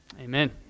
Amen